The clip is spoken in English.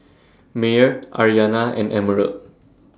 Meyer Aryanna and Emerald